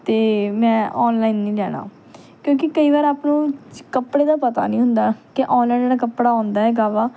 ਅਤੇ ਮੈਂ ਓਨਲਾਈਨ ਨਹੀਂ ਲੈਣਾ ਕਿਉਂਕਿ ਕਈ ਵਾਰ ਆਪਾਂ ਨੂੰ ਕੱਪੜੇ ਦਾ ਪਤਾ ਨਹੀਂ ਹੁੰਦਾ ਕਿ ਓਨਲਾਈਨ ਜਿਹੜਾ ਕੱਪੜਾ ਆਉਂਦਾ ਹੈਗਾ ਵਾ